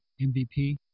MVP